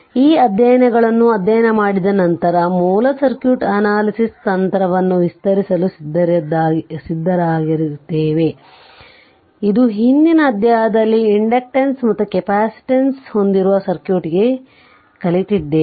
ಈ ಅಧ್ಯಾಯಗಳನ್ನು ಅಧ್ಯಯನ ಮಾಡಿದ ನಂತರ ಮೂಲ ಸರ್ಕ್ಯೂಟ್ ಅನಾಲಿಸಿಸ್ ತಂತ್ರವನ್ನುbasic circuit analysis technique ವಿಸ್ತರಿಸಲು ಸಿದ್ಧರಾಗಿರುತ್ತೇವೆ ಇದು ಹಿಂದಿನ ಅಧ್ಯಾಯದಲ್ಲಿ ಇಂಡಕ್ಟನ್ಸ್ ಮತ್ತು ಕೆಪಾಸಿಟನ್ಸ್ ಹೊಂದಿರುವ ಸರ್ಕ್ಯೂಟ್ಗೆ ಕಲಿತಿದ್ದೇವೆ